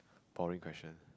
boring question